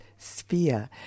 Sphere